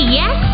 yes